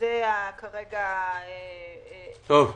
--- זה כרגע מעליי.